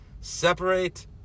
Separate